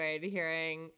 hearing